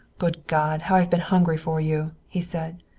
good god, how i've been hungry for you! he said.